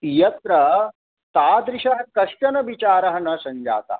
यत्र तादृशः कश्चन विचारः न सञ्जातः